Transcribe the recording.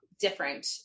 different